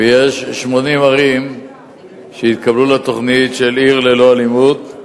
ויש 80 ערים שהתקבלו לתוכנית "עיר ללא אלימות".